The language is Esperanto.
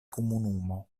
komunumo